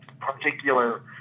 particular